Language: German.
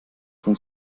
von